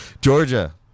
Georgia